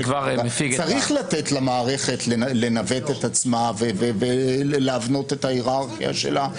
צריך לתת למערכת לנווט את עצמה ולהבנות את ההיררכיה שלה.